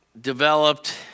Developed